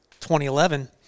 2011